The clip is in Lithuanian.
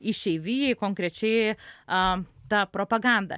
išeivijai konkrečiai a ta propaganda